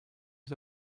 was